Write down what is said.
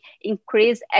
increase